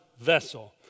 vessel